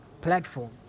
platform